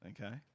Okay